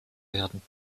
werden